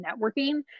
networking